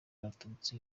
abatutsi